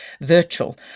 virtual